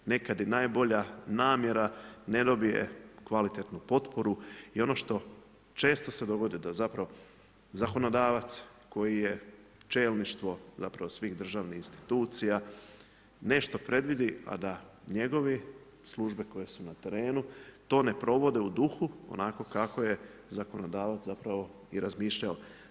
Nekada i najbolja namjera dobije kvalitetnu potporu, i ono što često se dogodi, da zapravo zakonodavac, koji je čelništvo, svih državnih institucija, nešto predvidi, a da njegovi službe koje su na terenu, to ne provode u duhu, onako kako je zakonodavac zapravo i razmišljao.